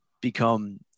become